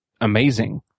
amazing